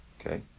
Okay